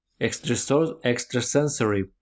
extrasensory